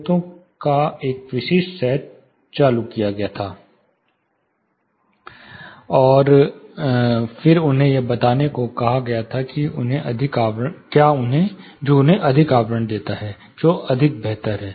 स्रोतों का एक विशिष्ट सेट चालू किया गया था और फिर उन्हें बताने को कहा गया जो उन्हें अधिक आवरण देता है जो अधिक बेहतर है